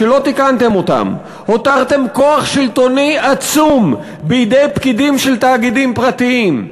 שלא תיקנתם: הותרתם כוח שלטוני עצום בידי פקידים של תאגידים פרטיים,